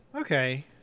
Okay